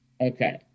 Okay